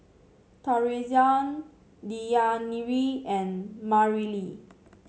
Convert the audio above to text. Taurean Deyanira and Mareli